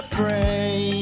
pray